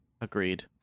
Agreed